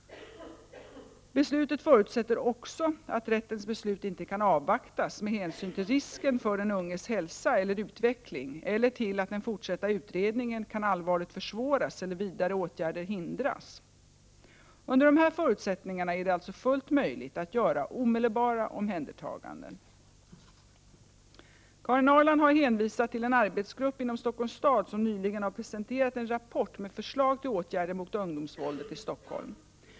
Beslutet förutsätter också att rättens beslut inte kan avvaktas med hänsyn till risken för den unges hälsa eller utveckling eller till att den fortsatta utredningen allvarligt kan försvåras eller vidare åtgärder hindras. Under dessa förutsättningar är det alltså fullt möjligt att göra omedelbara omhändertaganden. Karin Ahrland har hänvisat till en arbetsgrupp inom Stockholms stad som nyligen har presenterat en rapport med förslag till åtgärder mot ungdomsvåldet i Stockholm.